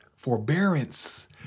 Forbearance